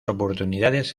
oportunidades